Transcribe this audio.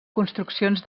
construccions